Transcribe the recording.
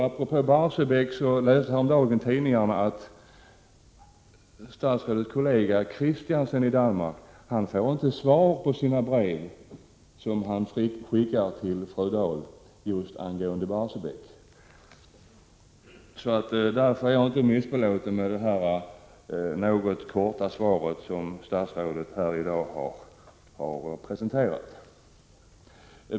Apropå Barsebäck läste jag häromdagen i en tidning att statsrådets kollega Christensen i Danmark inte får svar på de brev som han skickar till fru Dahl just angående Barsebäck. Därför är jag inte missbelåten med det något korta svar som statsrådet har presenterat här i dag.